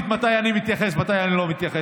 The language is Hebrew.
אני מחליט מתי אני מתייחס ומתי אני לא מתייחס.